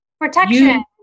protection